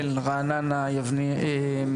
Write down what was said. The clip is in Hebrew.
בגלל רגישות הנושא - בכרמיאל, רעננה, יבנה.